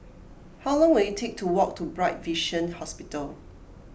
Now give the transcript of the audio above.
how long will it take to walk to Bright Vision Hospital